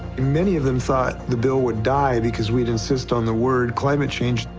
many of them thought the bill would die because we'd insist on the word climate change.